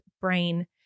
brain